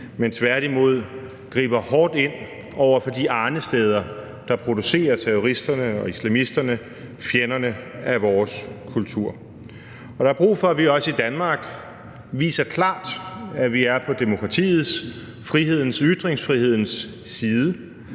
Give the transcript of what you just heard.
men tværtimod griber hårdt ind over for de arnesteder, der producerer terroristerne og islamisterne – fjenderne af vores kultur. Og der er brug for, at vi også i Danmark klart viser, at vi er på demokratiets, frihedens og ytringsfrihedens side,